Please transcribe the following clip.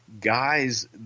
guys